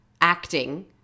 acting